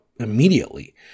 immediately